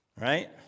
Right